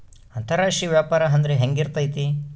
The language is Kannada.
ಅಂತರಾಷ್ಟ್ರೇಯ ವ್ಯಾಪಾರ ಅಂದ್ರೆ ಹೆಂಗಿರ್ತೈತಿ?